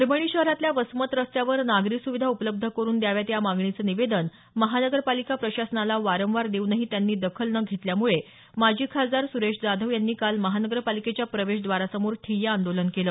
परभणी शहरातल्या वसमत रस्त्यावर नागरी सुविधा उपलब्ध करून द्याव्यात या मागणीचं निवेदन महानगरपालिका प्रशासनाला वारंवार देऊनही त्यांनी दखल न घेतल्यामुळे माजी खासदार सुरेश जाधव यांनी काल महानगरपालिकेच्या प्रवेशद्वारासमोर ठिय्या आंदोलन केलं